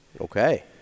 okay